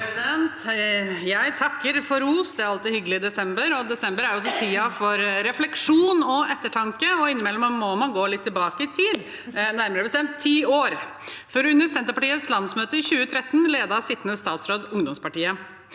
Jeg takker for ros. Det er alltid hyggelig i desember. Desember er jo også tiden for refleksjon og ettertanke, og innimellom må man gå litt tilbake i tid – nærmere bestemt ti år, for under Senterpartiets landsmøte i 2013 ledet sittende statsråd ungdomspartiet.